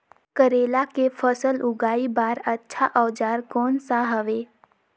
करेला के फसल उगाई बार अच्छा औजार कोन सा हवे?